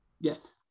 Yes